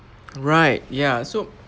right ya so